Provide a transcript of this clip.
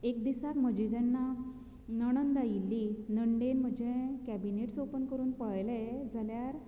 एक दिसाक म्हजी जेन्ना नणंद आयिल्ली नणंदेन म्हजे कॅबीनेट्स ओपन करून पळयले जाल्यार